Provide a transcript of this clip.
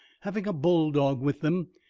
having a bull-dog with them,